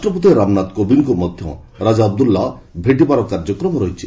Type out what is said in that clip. ରାଷ୍ଟ୍ରପତି ରାମନାଥ କୋବିନ୍ଦଙ୍କୁ ମଧ୍ୟ ରାଜା ଅବଦୁଲ୍ଲା ଭେଟିବାର କାର୍ଯ୍ୟକ୍ରମ ରହିଛି